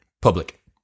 public